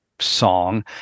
song